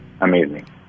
amazing